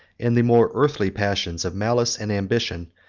and the more earthly passions of malice and ambition,